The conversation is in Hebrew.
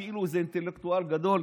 כאילו הוא איזה אינטלקטואל גדול.